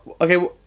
okay